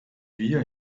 wir